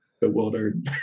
bewildered